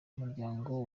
umuryango